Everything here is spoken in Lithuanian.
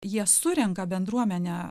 jie surenka bendruomenę